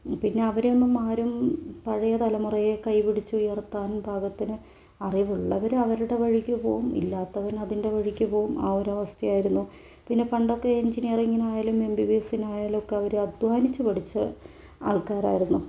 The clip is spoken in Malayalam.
പിന്നെ അവരെയൊന്നും ആരും പഴയ തലമുറയെ കൈ പിടിച്ചുയർത്താൻ പാകത്തിന് അറിവുള്ളവർ അവരുടെ വഴിക്ക് പോകും ഇല്ലാത്തവൻ അതിൻ്റെ വഴിക്ക് പോകും ആ ഒരു അവസ്ഥയായിരുന്നു പിന്നെ പണ്ടൊക്കെ എഞ്ചിനിയറിംഗിനായാലും എം ബി ബി എസിനായാലും ഒക്കെ അവര് അധ്വാനിച്ചു പഠിച്ച ആൾക്കാർ ആയിരുന്നു